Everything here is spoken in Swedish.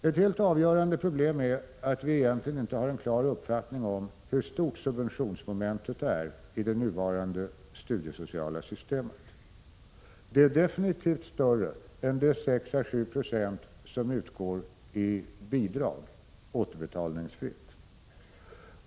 Det helt avgörande problemet är att vi egentligen inte har en klar uppfattning om hur stort subventionsmomentet är i det nuvarande studiesociala systemet. Det är definitivt större än de 6 å 7 70 som utgår i bidrag — återbetalningsfritt.